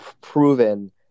proven